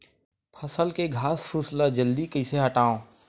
फसल के घासफुस ल जल्दी कइसे हटाव?